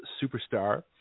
superstar